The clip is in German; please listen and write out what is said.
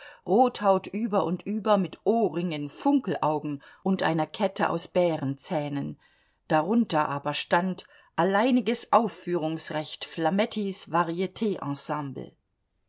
rothaut über und über mit ohrringen funkelaugen und einer kette aus bärenzähnen darunter aber stand alleiniges aufführungsrecht